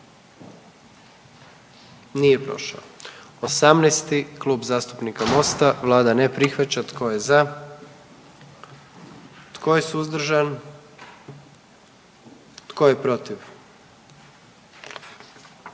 dio zakona. 44. Kluba zastupnika SDP-a, vlada ne prihvaća. Tko je za? Tko je suzdržan? Tko je protiv?